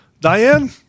Diane